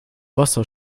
wasser